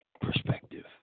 perspective